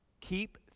Keep